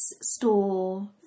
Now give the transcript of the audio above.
store